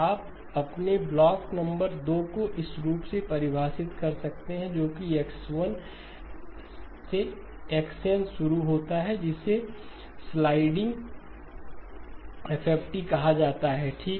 आप अपने block number 2 को इस रूप में परिभाषित कर सकते हैं जो कि X1 से XN शुरू होता है जिसे स्लाइडिंग FFT कहा जाता है ठीक